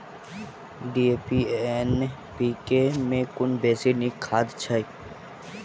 DAP आ NPK मे कुन बेसी नीक खाद छैक?